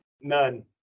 None